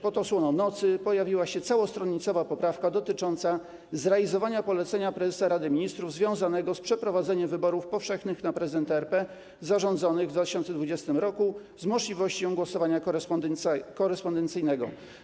Pod osłoną nocy pojawiła się całostronicowa poprawka dotycząca zrealizowania polecenia prezesa Rady Ministrów związanego z przeprowadzeniem wyborów powszechnych na prezydenta RP zarządzonych w 2020 r. z możliwością głosowania korespondencyjnego.